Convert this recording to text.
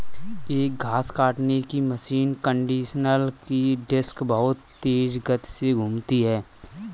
एक घास काटने की मशीन कंडीशनर की डिस्क बहुत तेज गति से घूमती है